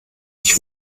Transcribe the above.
ich